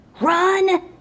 Run